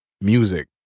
music